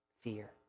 Fear